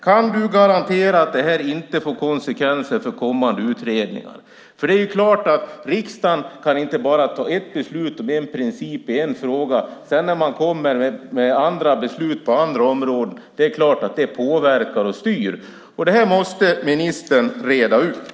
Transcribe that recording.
Kan du garantera att det här inte får konsekvenser för kommande utredningar? Det är klart att riksdagen inte bara kan fatta ett beslut om en princip i en fråga, för när man sedan kommer med andra beslut på andra områden är det klart att det påverkar och styr. Detta måste ministern reda ut.